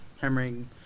hammering